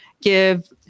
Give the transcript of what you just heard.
give